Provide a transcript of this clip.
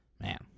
Man